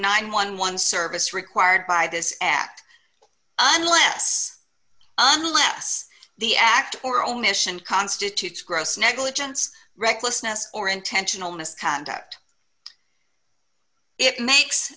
eleven service required by this act unless unless the act or omission constitutes gross negligence recklessness or intentional misconduct it makes